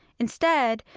instead,